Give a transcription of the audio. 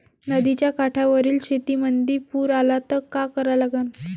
नदीच्या काठावरील शेतीमंदी पूर आला त का करा लागन?